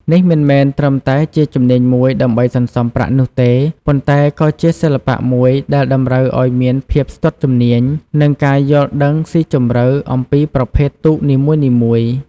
នេះមិនមែនត្រឹមតែជាជំនាញមួយដើម្បីសន្សំប្រាក់នោះទេ ប៉ុន្តែក៏ជាសិល្បៈមួយដែលតម្រូវឲ្យមានភាពស្ទាត់ជំនាញ និងការយល់ដឹងស៊ីជម្រៅអំពីប្រភេទទូកនីមួយៗ។